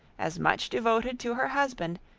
as much devoted to her husband,